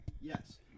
Yes